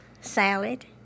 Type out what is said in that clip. salad